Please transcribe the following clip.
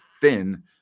thin